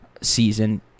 season